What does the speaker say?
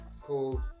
called